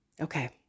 Okay